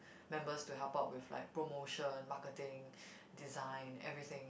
members to help up with like promotion marketing design everything